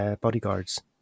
bodyguards